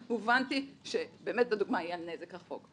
הובנתי, שבאמת בדוגמה היה נזק רחוק.